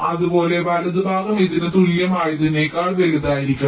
അതുപോലെ വലതുഭാഗം ഇതിന് തുല്യമായതിനേക്കാൾ വലുതായിരിക്കണം